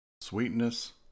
sweetness